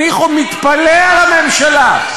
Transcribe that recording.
ואסור שיקראו לו מוחמד.